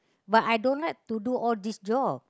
but I don't like to do all this job